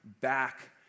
back